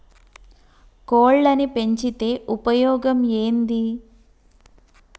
కోళ్లని పెంచితే ఉపయోగం ఏంది?